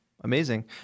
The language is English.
amazing